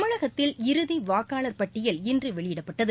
தமிழகத்தில் இறுதி வாக்காளர் பட்டியல் இன்று வெளியிடப்பட்டது